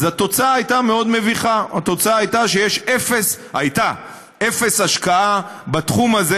אז התוצאה הייתה מאוד מביכה: התוצאה הייתה שיש אפס השקעה בתחום הזה,